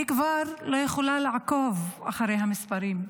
אני כבר לא יכולה לעקוב אחרי המספרים.